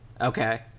Okay